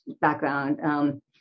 background